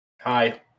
Hi